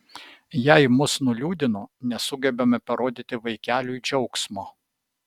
jei mus nuliūdino nesugebame parodyti vaikeliui džiaugsmo